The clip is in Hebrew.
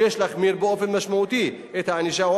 שיש להחמיר באופן משמעותי את הענישה,